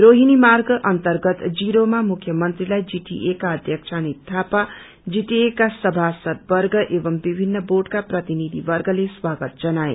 रोहिणी मार्ग अर्न्तगत जिरोमा मुख्यमंत्रीलाई जीटिए का अध्यक्ष अनित थापा जीटिए का सभासद वर्ग एवं विभिन्न बोँडका प्रतिनिधिवर्गले स्वागत जनाए